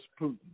Putin